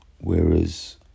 Whereas